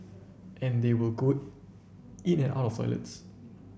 and they will go in and out of toilets